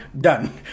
done